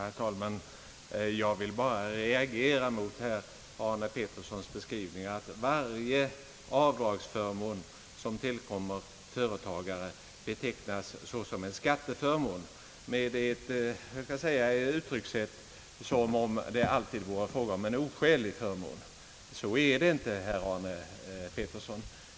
Herr talman! Jag vill bara reagera mot herr Arne Petterssons sätt att beteckna varje avdragsrätt som tillkommer företagare som en skatteförmån — det verkar som om det alltid vore fråga om en oskälig förmån. Så är det inte, herr Arne Pettersson.